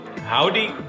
howdy